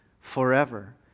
forever